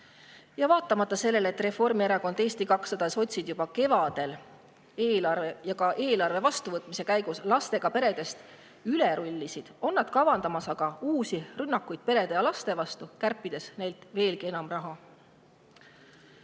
vaatamata sellele, et Reformierakond, Eesti 200 ja sotsid juba kevadel, ka eelarve vastuvõtmise käigus lastega peredest üle rullisid, on nad kavandamas aga uusi rünnakuid perede ja laste vastu, kärpides neilt veelgi enam raha.